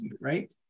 right